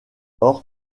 lors